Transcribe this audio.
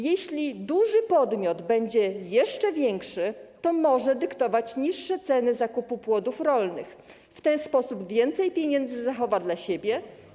Jeśli duży podmiot będzie jeszcze większy, to może dyktować niższe ceny zakupu płodów rolnych, a w ten sposób więcej pieniędzy zachowa dla siebie.